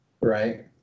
right